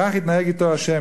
כך יתנהג אתו ה',